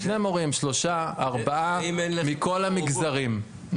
שני מורים, שלושה, ארבעה מכל המגזרים.